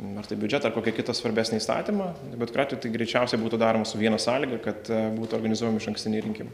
nors tai biudžetą ar kokį kitą svarbesnį įstatymą bet kuriuo atveju tai greičiausia būtų daroma su viena sąlyga kad būtų organizuojami išankstiniai rinkimai